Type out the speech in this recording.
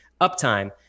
uptime